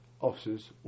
officers